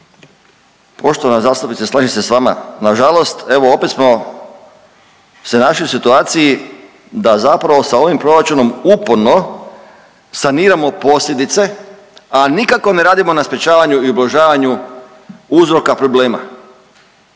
Poštovana zastupnice slažem se s vama, nažalost evo opet smo se našli u situaciji da zapravo sa ovim proračunom uporno saniramo posljedice, a nikako ne radimo na sprječavanju i ublažavanju uzroka problema